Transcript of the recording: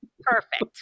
Perfect